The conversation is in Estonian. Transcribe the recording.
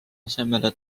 asemele